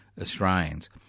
Australians